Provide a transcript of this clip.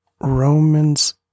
Romans